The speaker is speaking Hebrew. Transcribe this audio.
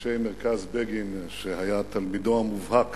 אנשי מרכז בגין שהיה תלמידו המובהק